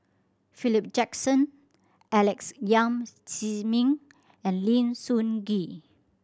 Philip Jackson Alex Yam Ziming and Lim Sun Gee